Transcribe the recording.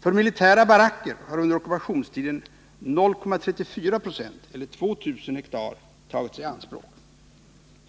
För militära baracker har under ockupationstiden 0,34 96 eller 2 000 hektar tagits i anspråk.